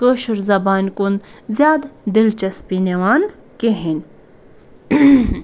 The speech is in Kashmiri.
کٲشُر زبانہِ کُن زیادٕ دِلچَسپی نِوان کِہیٖنۍ